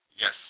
Yes